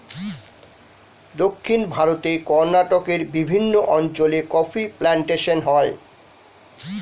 দক্ষিণ ভারতে কর্ণাটকের বিভিন্ন অঞ্চলে কফি প্লান্টেশন হয়